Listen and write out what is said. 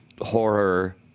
Horror